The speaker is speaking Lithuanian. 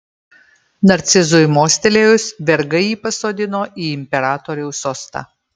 narcizui mostelėjus vergai jį pasodino į imperatoriaus sostą